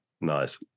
Nice